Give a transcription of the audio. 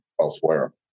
elsewhere